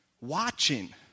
watching